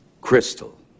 Crystal